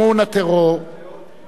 רבותי,